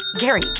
Gary